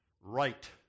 right